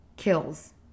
Kills